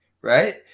right